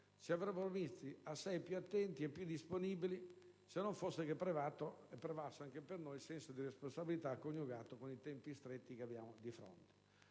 ci avrebbero visti assai più attenti e disponibili, se non fosse prevalso, anche per noi, il senso di responsabilità coniugato con i tempi stretti che abbiamo di fronte.